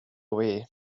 away